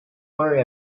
worry